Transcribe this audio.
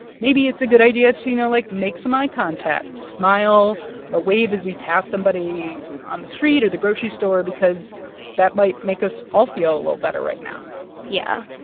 maybe it's a good idea to, you know, like make some eye contact, smile or wave as we pass somebody on the street or the grocery store because that might make us all feel a little better right now yeah.